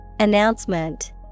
Announcement